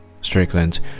Strickland